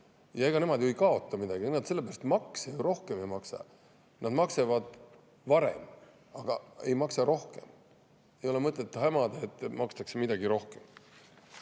Ega nemad ju ei kaota midagi, ega nad sellepärast makse ju rohkem ei maksa. Nad maksavad varem, aga ei maksa rohkem. Ei ole mõtet hämada, et makstakse midagi rohkem.